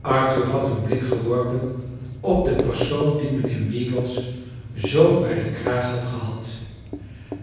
arthur had een blik geworpen op den persoon dien mijnheer meagles zoo bij den kraag had gehad